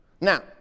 Now